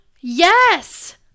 Yes